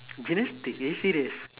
gymnastics are you serious